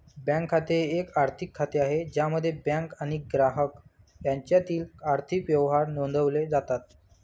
bank खाते हे एक आर्थिक खाते आहे ज्यामध्ये बँक आणि ग्राहक यांच्यातील आर्थिक व्यवहार नोंदवले जातात